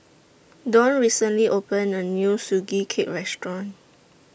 Donn recently opened A New Sugee Cake Restaurant